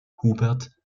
hubert